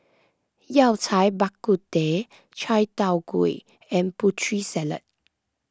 Yao Cai Bak Kut Teh Chai Tow Kway and Putri Salad